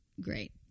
great